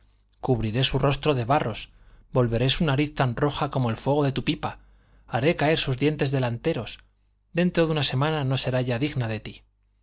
cubriré su rostro de barros volveré su nariz tan roja como el fuego de tu pipa haré caer sus dientes delanteros dentro de una semana no será ya digna de ti